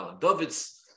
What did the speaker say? David's